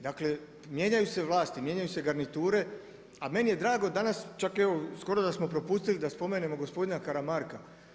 Dakle, mijenjaju se vlasti, mijenjaju se garniture, a meni je drago danas čak evo, skoro da smo propustili da spomenemo gospodina Karamarka.